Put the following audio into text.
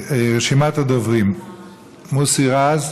אדוני היושב-ראש,